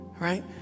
Right